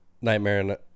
Nightmare